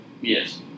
Yes